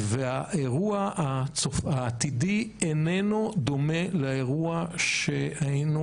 והאירוע העתידי אינו דומה לאירוע שהיינו